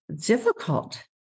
difficult